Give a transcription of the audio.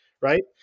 right